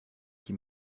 qui